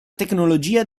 tecnologia